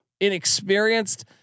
inexperienced